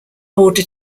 order